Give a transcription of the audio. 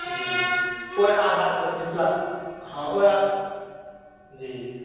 जी ओहि आधार पर मिथिला हँ ओहि जी